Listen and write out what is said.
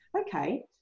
Okay